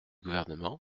gouvernement